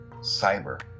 cyber